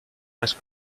ice